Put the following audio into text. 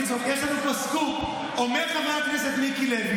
יש לנו פה סקופ: אומר חבר הכנסת מיקי לוי